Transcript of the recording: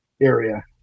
area